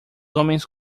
homens